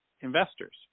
investors